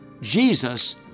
Jesus